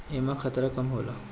एमे खतरा कम होला